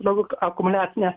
novik akumuliacinę